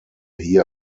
hier